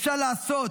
אפשר לעשות,